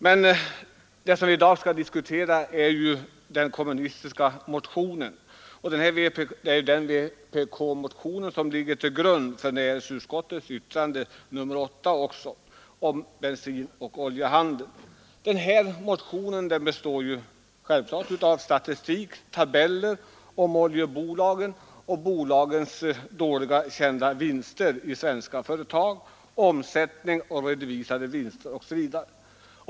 Men det som vi i dag skall diskutera är ju den vpk-motion som ligger till grund för näringsutskottets betänkande nr 8 om bensinoch oljehandeln. Motionen innehåller självfallet statistik och tabeller rörande oljebolagen samt den omsättning och de dåliga vinster som oljebolagens dotterbolag i Sverige redovisat.